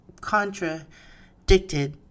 Contradicted